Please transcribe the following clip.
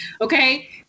Okay